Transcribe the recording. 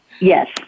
yes